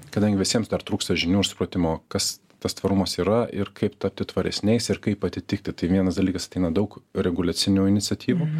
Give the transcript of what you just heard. kadangi visiems dar trūksta žinių ir supratimo kas tas tvarumas yra ir kaip tapti tvaresniais ir kaip atitikti tai vienas dalykas ateina daug reguliacinių iniciatyvų